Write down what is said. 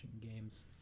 games